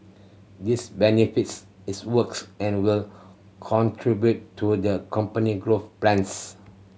this benefits its works and will contribute to the company growth plans